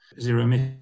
Zero